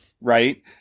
right